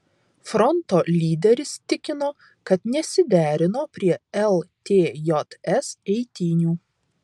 fronto lyderis tikino kad nesiderino prie ltjs eitynių